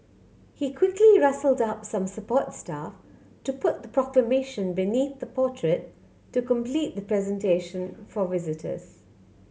he quickly rustled up some support staff to put the Proclamation beneath the portrait to complete the presentation for visitors